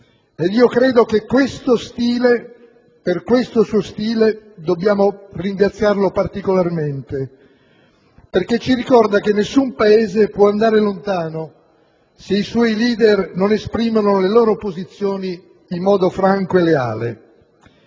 quello che pensa: per questo suo stile dobbiamo ringraziarlo particolarmente, perché ci ricorda che nessun Paese può andare lontano se i suoi leader non esprimono le loro posizioni in modo franco e leale.